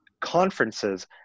conferences